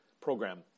program